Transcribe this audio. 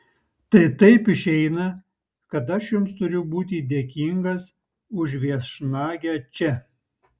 tai taip išeina kad aš jums turiu būti dėkingas už viešnagę čia